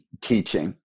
teaching